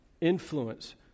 influence